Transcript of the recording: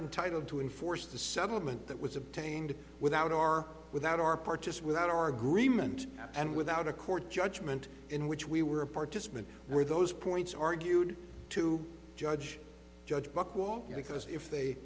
entitled to enforce the settlement that was obtained without our without our part to swear that our agreement and without a court judgment in which we were a participant were those points argued to judge judge buchwald because if they